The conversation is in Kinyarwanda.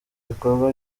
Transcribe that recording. bikorwa